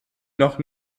noch